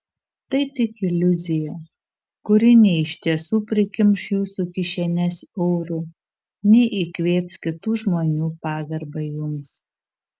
tai tik iliuzija kuri nei iš tiesų prikimš jūsų kišenes eurų nei įkvėps kitų žmonių pagarbą jums